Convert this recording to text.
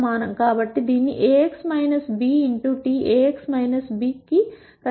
కాబట్టి దీన్నిAx - bT Ax - b కనిష్టీకరించడంకు సమానం